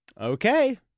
Okay